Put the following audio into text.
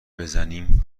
بزنیم